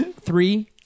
Three